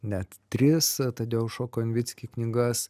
net tris tadeušo konvicki knygas